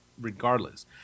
regardless